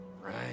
Right